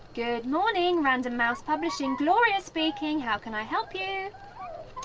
good morning, random mouse publishing, gloria speaking, how can i help you?